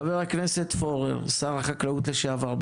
חבר הכנסת עודד פורר, שר החקלאות לשעבר.